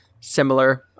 similar